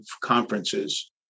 conferences